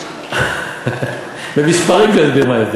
ב-5 מיליארד?